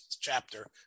chapter